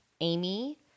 Amy